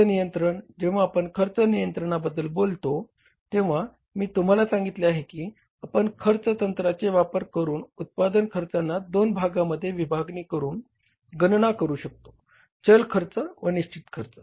खर्च नियंत्रण जेव्हा आपण खर्च नियंत्रणाबद्दल बोलतो तेव्हा मी तुम्हाला सांगितले आहे की आपण खर्च तंत्राचे वापर करून उत्पादन खर्चाना दोन भागांमध्ये विभागणी करुन गणना करू शकतो चल खर्च व निश्चित खर्च